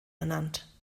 ernannt